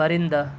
پرندہ